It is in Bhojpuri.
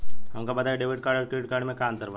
हमका बताई डेबिट कार्ड और क्रेडिट कार्ड में का अंतर बा?